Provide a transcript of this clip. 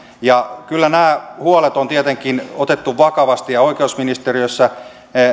kyllä nämä huolet on tietenkin otettu vakavasti ja oikeusministeriössä